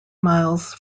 miles